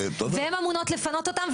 והן אמונות לפנות אותם,